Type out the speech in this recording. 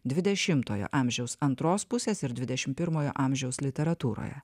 dvidešimtojo amžiaus antros pusės ir dvidešim pirmojo amžiaus literatūroje